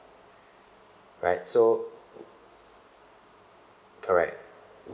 right so correct